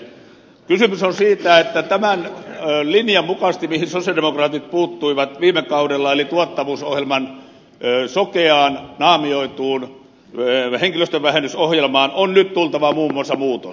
kysymys on siitä että tähän linjaan mihin sosialidemokraatit puuttuivat viime kaudella eli tuottavuusohjelman sokeaan naamioituun henkilöstönvähennysohjelmaan on nyt muun muassa tultava muutos